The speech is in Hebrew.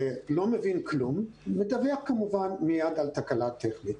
לא מבין כלום ומדווח מיד על תקלה טכנית.